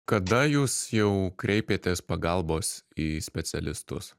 kada jūs jau kreipėtės pagalbos į specialistus